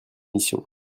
mission